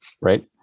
right